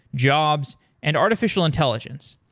jobs, and artificial intelligence.